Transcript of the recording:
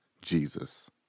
Jesus